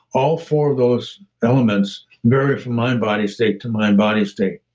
all four of those elements vary from mind body state to mind body state?